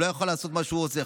הוא לא יכול לעשות מה שהוא רוצה.